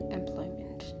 employment